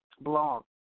blog